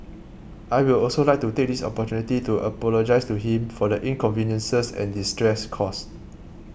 I will also like to take this opportunity to apologise to him for the inconveniences and distress caused